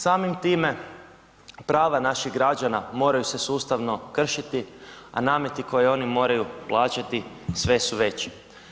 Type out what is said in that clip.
Samim time prava naših građana moraju se sustavno kršiti a nameti koje oni moraju plaćati sve su veći.